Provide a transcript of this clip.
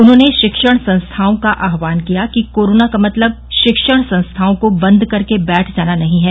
उन्होंने शिक्षण संस्थाओं का आह्वान किया कि कोरोना का मतलब शिक्षण संस्थाओं को बंद करके बैठ जाना नहीं है